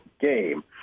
game